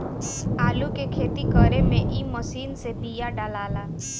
आलू के खेती करे में ए मशीन से बिया डालाला